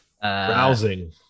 Browsing